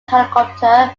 helicopter